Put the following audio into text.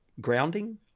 grounding